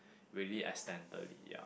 really accidentally ya